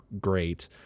great